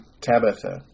Tabitha